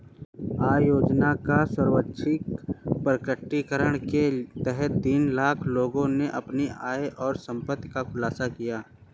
आय योजना का स्वैच्छिक प्रकटीकरण के तहत तीन लाख लोगों ने अपनी आय और संपत्ति का खुलासा किया